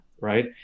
right